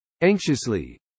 Anxiously